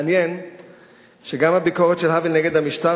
מעניין שגם הביקורת של האוול נגד המשטר